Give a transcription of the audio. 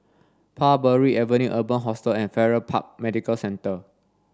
Parbury Avenue Urban Hostel and Farrer Park Medical Centre